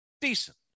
Decent